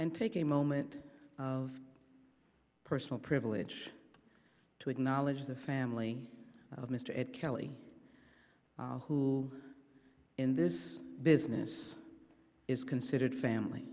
and take a moment of personal privilege to acknowledge the family of mr at kelley who in this business is considered family